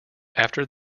after